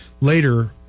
later